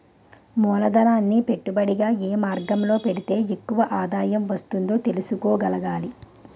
మూలధనాన్ని పెట్టుబడిగా ఏ మార్గంలో పెడితే ఎక్కువ ఆదాయం వస్తుందో తెలుసుకోగలగాలి